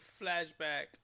flashback